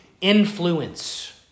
influence